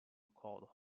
called